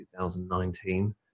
2019